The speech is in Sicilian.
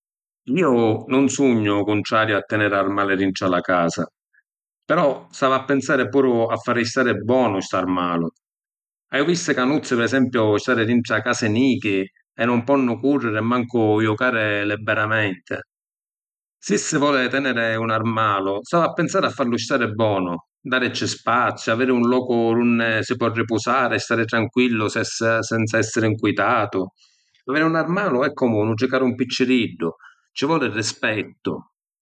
Iu nun sugnu cuntrariu a tèniri armali dintra la casa. Però s’havi a pinsari puru a fari stari bonu st’armalu. Haiu visti canuzzi, pi esempiu, stari dintra casi nichi e nun ponnu curriri e mancu jucari libberamenti. Si’ si voli tèniri un armalu s’havi a pinsari a fallu stari bonu, daricci spaziu, aviri un locu d’unni si po’ arripusari e stari tranquillu senza essiri ‘ncuitàtu. Aviri un armalu è comu nutricari un picciriddu. Ci voli rispettu!